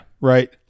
Right